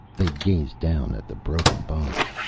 they gazed down at the broken box.